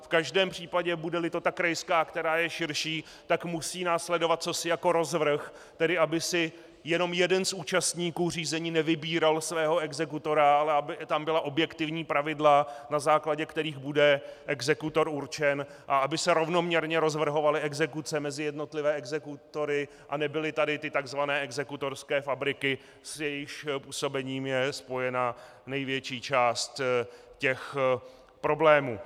V každém případě budeli krajská, která je širší, tak musí následovat cosi jako rozvrh, tedy aby si jenom jeden z účastníků řízení nevybíral svého exekutora, ale aby tam byla objektivní pravidla, na základě kterých bude exekutor určen, a aby se rovnoměrně rozvrhovaly exekuce mezi jednotlivé exekutory a nebyly tady takzvané exekutorské fabriky, s jejichž působením je spojena největší část těch problémů.